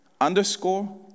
underscore